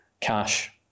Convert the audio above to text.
cash